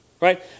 right